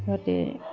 সিহঁতে